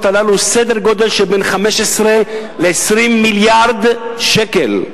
הללו סדר-גודל של 15 20 מיליארד שקל,